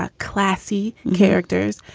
ah classy characters,